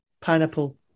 pineapple